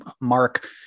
Mark